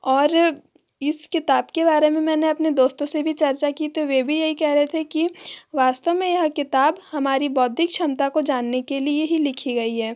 और इस किताब के बारे में मैंने अपने दोस्तों से भी चर्चा की तो वे भी यही कह रहे थे की वास्तव में यह किताब हमारी बौद्धिक क्षमता को जानने के लिए ही लिखी गई है